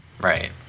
Right